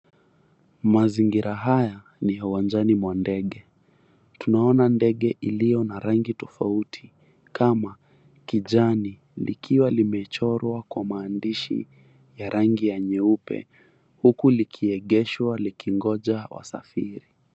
Mazingira haya ni ya uwanjani mwa ndege. Tunaona ndege iliyo na rangi tofauti kama kijani, likiwa limechorwa kwa maandishi ya rangi ya nyeupe, huku likiegeshwa likingoja wasafiri.